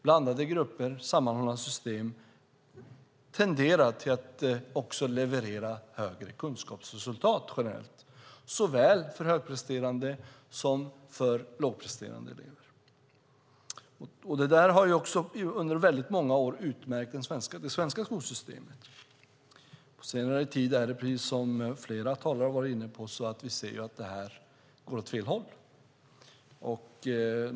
Blandade grupper och sammanhållna system tenderar att leverera högre kunskapsresultat generellt sett, såväl för högpresterande elever som för lågpresterande. Det har under många år utmärkt det svenska skolsystemet. På senare tid är det precis som flera talare har varit inne på: Vi ser att det går åt fel håll.